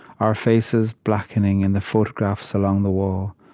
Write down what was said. our faces blackening in the photographs along the wall.